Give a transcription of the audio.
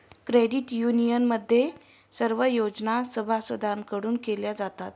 credit युनियनमध्ये सर्व योजना सभासदांकडून केल्या जातात